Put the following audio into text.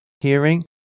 hearing